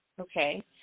okay